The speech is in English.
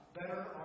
better